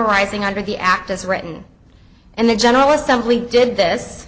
arising under the act as written and the general assembly did this